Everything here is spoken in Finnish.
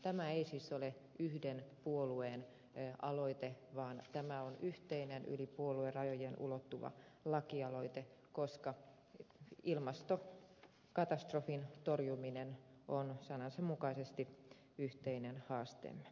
tämä ei siis ole yhden puolueen aloite vaan tämä on yhteinen yli puoluerajojen ulottuva lakialoite koska ilmastokatastrofin torjuminen on sanansa mukaisesti yhteinen haasteemme